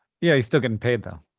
yeah, you're still getting paid though.